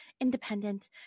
independent